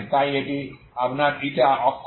তাই এটি আপনার η অক্ষ